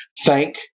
thank